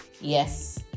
Yes